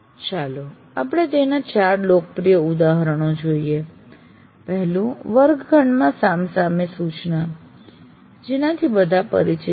ચાલો આપણે તેના ચાર લોકપ્રિય ઉદાહરણો જોઈએ વર્ગખંડમાં સામસામે સૂચના જેનાથી બધા પરિચિત છે